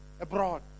abroad